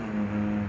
mm